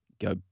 go